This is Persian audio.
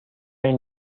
این